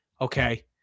Okay